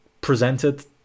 presented